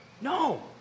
No